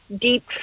deep